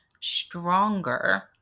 stronger